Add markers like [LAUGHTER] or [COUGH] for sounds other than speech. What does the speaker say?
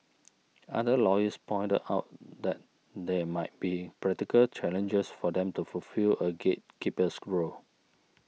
[NOISE] other lawyers pointed out that there might be practical challenges for them to fulfil a gatekeeper's role